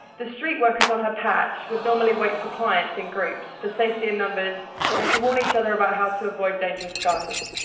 the street workers on her patch would normally wait for clients in groups for safety in numbers and to warn each other about how to avoid dangerous guys.